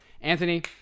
Anthony